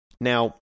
now